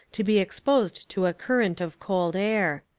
to be exposed to a current of cold air.